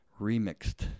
remixed